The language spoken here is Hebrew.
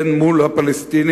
הן מול הפלסטינים,